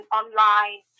online